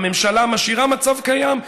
הממשלה משאירה מצב קיים,